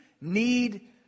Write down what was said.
need